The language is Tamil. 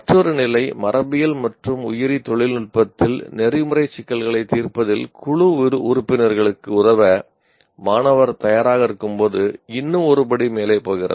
மற்றொரு நிலை மரபியல் மற்றும் உயிரி தொழில்நுட்பத்தில் நெறிமுறை சிக்கல்களைத் தீர்ப்பதில் குழு உறுப்பினர்களுக்கு உதவ மாணவர் தயாராக இருக்கும்போது இன்னும் ஒரு படி மேலே போகிறது